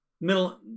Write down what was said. middle